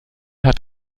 hat